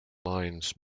lines